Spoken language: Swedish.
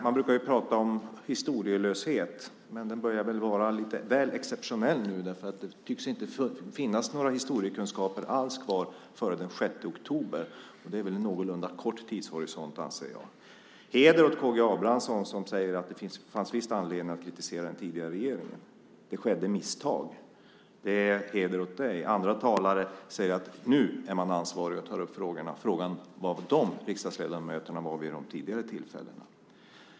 Man brukar ju prata om historielöshet, men den börjar väl bli lite väl exceptionell nu. Det tycks inte finnas några kunskaper alls kvar om historien före den 6 oktober, och det anser jag vara en lite väl kort tidshorisont. Heder åt K G Abramsson som säger att det visst fanns anledning att kritisera den tidigare regeringen! Det skedde misstag, säger du, så heder åt dig! Andra talare säger att man nu är ansvarig och tar upp frågorna. Frågan är var de riksdagsledamöterna var vid de tidigare tillfällena.